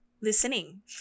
listening